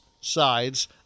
sides